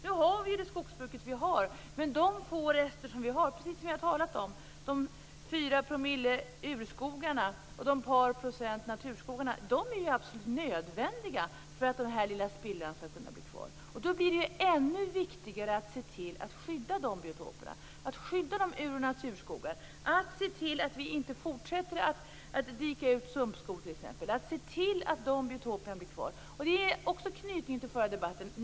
Nu har vi det skogsbruk vi har med de få rester vi har, precis som jag talat om, med 4 % urskogar och ett par procent naturskogar. De är absolut nödvändiga för att den här lilla spillran skall kunna bli kvar. Det blir då ännu viktigare att se till att skydda de biotoperna, att skydda ur och naturskogar och se till att vi inte fortsätter att dika ut t.ex. sumpskog. Vi måste se till att de biotoperna blir kvar. Här finns också en anknytning till den förra debatten.